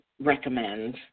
recommend